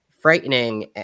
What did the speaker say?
frightening